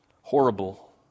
horrible